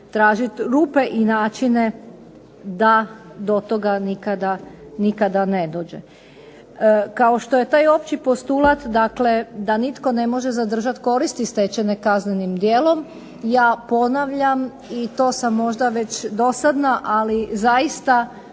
tražiti rupe i načine da do toga nikada ne dođe. Kao što je taj opći postulat dakle da nitko ne može zadržati koristi stečene kaznenim djelom, ja ponavljam i to sam možda već dosadna, ali zaista